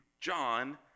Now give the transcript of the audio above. John